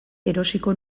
erosiko